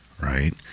right